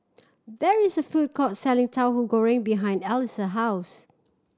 there is a food court selling Tauhu Goreng behind Alice house